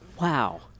Wow